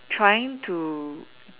trying to